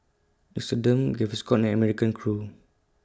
Nixoderm Gaviscon and American Crew